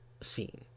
scene